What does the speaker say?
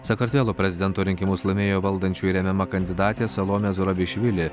sakartvelo prezidento rinkimus laimėjo valdančiųjų remiama kandidatė salomė zurabišvili